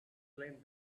claimed